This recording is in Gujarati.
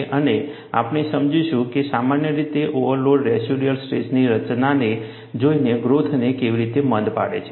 અને આપણે સમજીશું કે સામાન્ય રીતે ઓવરલોડ રેસિડ્યુઅલ સ્ટ્રેસની રચનાને જોઈને ગ્રોથને કેવી રીતે મંદ પાડે છે